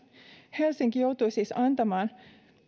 helsinki joutui siis antamaan